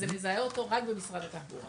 אבל הוא מזהה אותו רק במשרד התחבורה.